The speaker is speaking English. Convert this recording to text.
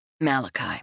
Malachi